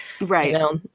right